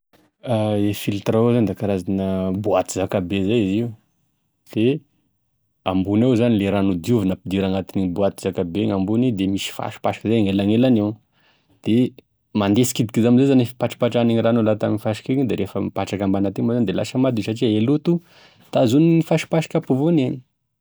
E filtre à eau zany da karazana boaty zakabe izy io de ambony gn'ao le rano hodiovina ampidira agnatinigny boaty zakabe igny ambony igny de misy fasipasiky zay agnelegnalegny eo, de mande sikidikidy amizay i fipatripatrahan'igny rano igny laha tamy fasika igny de refa mipatraka ambany aty moa zany de lasa madio satria e loto tazomin'ny fasipasika ampovoany igny.